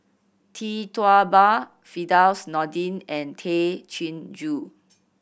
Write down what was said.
Tee Tua Ba Firdaus Nordin and Tay Chin Joo